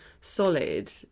solid